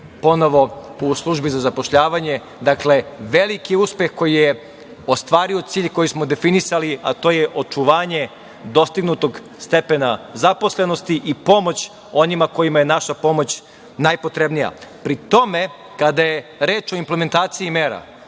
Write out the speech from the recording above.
ponovo u Službi za zapošljavanje. Veliki uspeh koji je ostvario cilj, koji smo definisali, a to je očuvanje dostignutog stepena zaposlenosti i pomoć onima kojima je naša pomoć najpotrebnija. Pri tome, kada je reč o implementaciji mera,